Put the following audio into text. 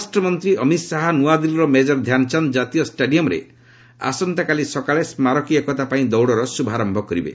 ସ୍ୱରାଷ୍ଟ୍ର ମନ୍ତ୍ରୀ ଅମିତ୍ ଶାହା ନ୍ନଆଦିଲ୍ଲୀର ମେଜର୍ ଧ୍ୟାନଚାନ୍ଦ କାତୀୟ ଷ୍ଟାଡିୟମ୍ରେ ଆସନ୍ତାକାଲି ସକାଳେ ସ୍କାରକୀ ଏକତା ପାଇଁ ଦୌଡ଼ର ଶୁଭାରମ୍ଭ କରିବେ